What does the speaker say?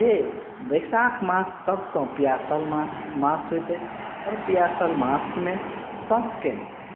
जे वैशाख मास सभसँ पियासल माछ मास होइत अछि पियासल मासमे सभकेँ